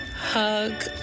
hug